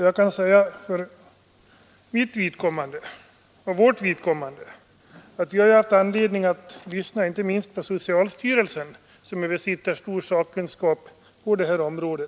Jag kan för mitt och för vårt vidkommande säga att vi har haft anledning att lyssna inte minst till socialstyrelsen, som besitter stor sakkunskap på detta område.